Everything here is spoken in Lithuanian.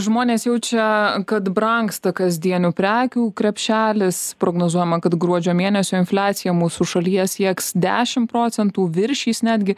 žmonės jaučia kad brangsta kasdienių prekių krepšelis prognozuojama kad gruodžio mėnesio infliacija mūsų šalyje sieks dešim procentų viršys netgi